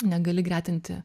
negali gretinti